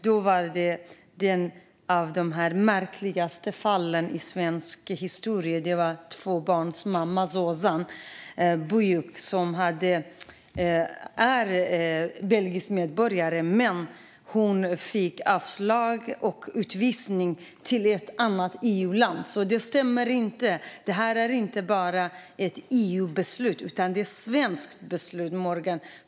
Det gällde ett av de märkligaste fallen i svensk historia. Det gällde tvåbarnsmamman Zozan Büyük, som är belgisk medborgare. Hon fick avslag och utvisning till ett annat EU-land. Så det stämmer inte. Det här är inte bara ett EU-beslut, utan det är ett svenskt beslut, Morgan.